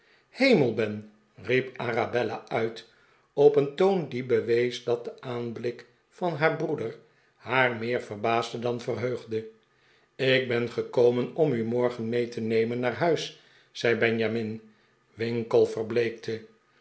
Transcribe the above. hemel ben riep arabella uit op een toon die bewees dat de aanblik van haar broeder haar meer verbaasde dan verheugde ik ben gekomen om u morgen mee te nemen naar huis zei benjamin winkle verbleekte